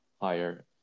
higher